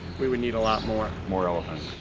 we would need a lot more. more elephants?